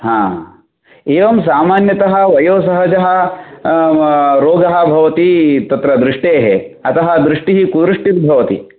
हां एवं सामान्यतः वयोसहजः रोगः भवति तत्र दृष्टेः अतः दृष्टिः कुदृष्टिः भवति